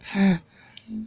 he